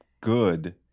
good